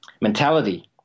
mentality